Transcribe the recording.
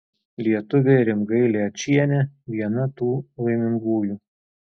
lietuvė rimgailė ačienė viena tų laimingųjų